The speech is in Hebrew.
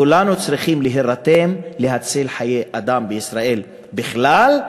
כולנו צריכים להירתם להציל חיי אדם בישראל בכלל,